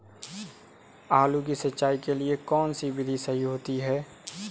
आलू की सिंचाई के लिए कौन सी विधि सही होती है?